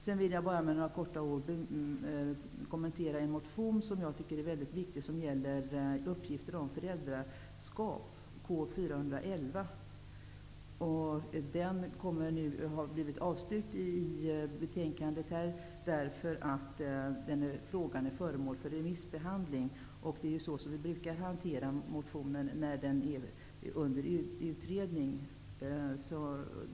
Sedan vill jag bara kort kommentera en motion, K411, som jag tycker är väldigt viktig. Motionen gäller uppgifter om föräldraskap. Utskottet avstyrker denna motion, eftersom frågan är föremål för remissbehandling. Det är ju så som motioner brukar hanteras när de är under utredning.